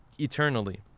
eternally